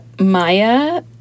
Maya